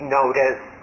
notice